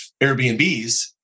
Airbnbs